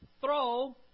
throw